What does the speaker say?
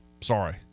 Sorry